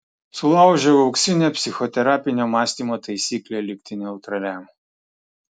sulaužiau auksinę psichoterapinio mąstymo taisyklę likti neutraliam